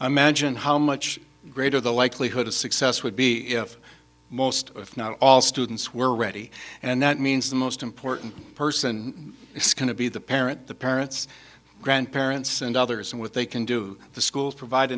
imagine how much greater the likelihood of success would be if most if not all students were ready and that means the most important person is going to be the parent the parents grandparents and others and what they can do the schools provide